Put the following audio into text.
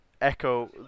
echo